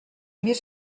més